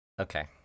Okay